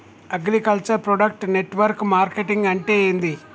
Agriculture product network marketing అంటే ఏంది?